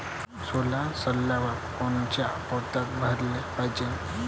सोला सवंगल्यावर कोनच्या पोत्यात भराले पायजे?